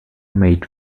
made